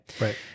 Right